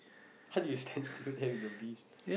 how you stand still there with your bees